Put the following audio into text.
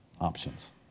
options